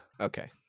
Okay